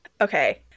Okay